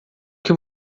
que